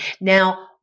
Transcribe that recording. Now